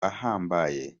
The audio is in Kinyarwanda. ahambaye